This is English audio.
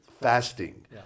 fasting